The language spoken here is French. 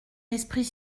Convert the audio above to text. esprit